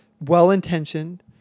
well-intentioned